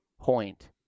point